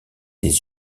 des